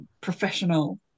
professional